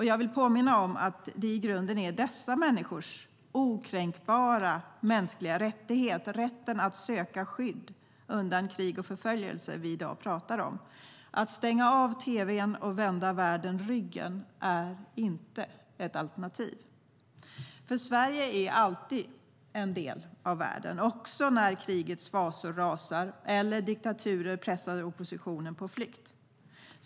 Jag vill påminna om att det i grunden är dessa människors okränkbara mänskliga rättighet, rätten att söka skydd undan krig och förföljelse, vi i dag pratar om. Att stänga av tv:n och vända världen ryggen är inte ett alternativ. Sverige är alltid en del av världen, också när krigets fasor rasar eller diktaturer pressar oppositionen på flykt.